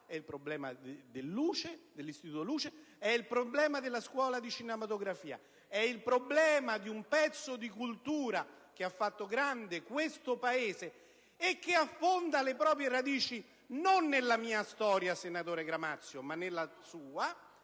il problema dell'Istituto Luce, del Centro di cinematografia, di un pezzo di cultura che ha fatto grande questo Paese e che affonda le proprie radici non nella mia storia, senatore Gramazio, ma nella sua